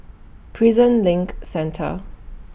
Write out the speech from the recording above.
Prison LINK Centre